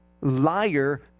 liar